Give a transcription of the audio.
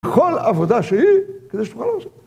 כל עבודה שהיא, כדי שתוכל לעשות אותה.